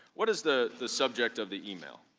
what is the the subject of the email?